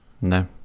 No